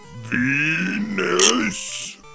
Venus